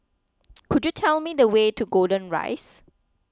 could you tell me the way to Golden Rise